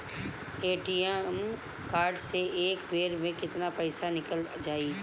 ATM card से एक बेर मे केतना पईसा निकल जाई?